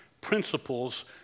principles